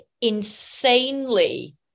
insanely